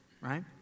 right